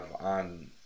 on